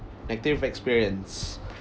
negative experience